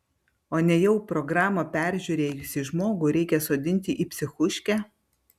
o nejau programą peržiūrėjusį žmogų reikia sodinti į psichuškę